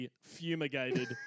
fumigated